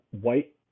white